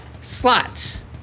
slots